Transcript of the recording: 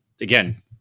again